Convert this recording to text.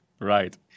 Right